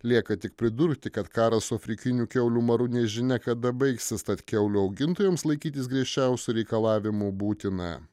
lieka tik pridurti kad karas su afrikiniu kiaulių maru nežinia kada baigsis tad kiaulių augintojams laikytis griežčiausių reikalavimų būtina